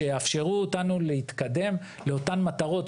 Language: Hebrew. באופן אמיתי גם ברמת החקיקה הקיימת היום,